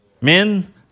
men